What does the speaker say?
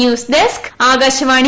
news desk Akashvani